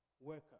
worker